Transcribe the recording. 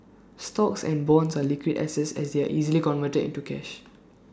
stocks and bonds are liquid assets as they are easily converted into cash